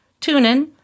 TuneIn